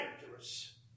dangerous